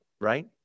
right